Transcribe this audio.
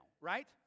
right